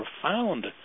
profound